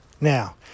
now